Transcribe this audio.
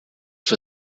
für